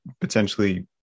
potentially